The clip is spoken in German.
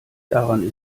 daran